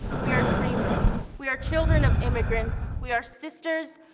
we are dreamers. we are children of immigrants. we are sisters,